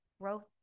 growth